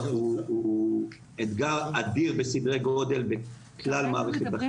הוא אתגר אדיר בסדרי גודל בכלל מערכת החינוך.